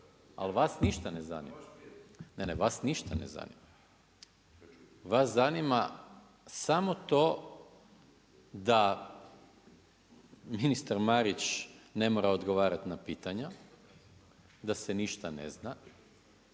ne vas ništa ne zanima. Vas zanima samo to da ministar Marić ne mora odgovoriti na pitanja, da se ništa ne zna,